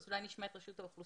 אולי נשמע את רשות האוכלוסין?